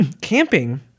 camping